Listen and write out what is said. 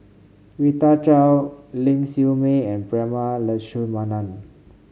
Rita Chao Ling Siew May and Prema Letchumanan